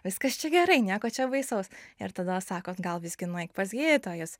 viskas čia gerai nieko čia baisaus ir tada sako gal visgi nueik pas gydytojus